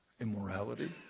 immorality